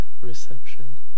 reception